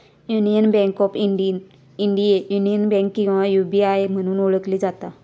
union bank of India, union bank किंवा UBI म्हणून ओळखली जाता